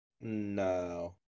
No